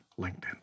LinkedIn